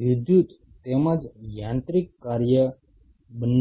વિદ્યુત તેમજ યાંત્રિક કાર્ય બંને છે